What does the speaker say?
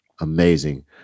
amazing